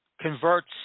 Converts